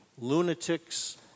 lunatics